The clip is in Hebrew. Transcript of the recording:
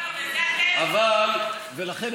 ולכן,